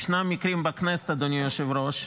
ישנם מקרים בכנסת, אדוני היושב-ראש,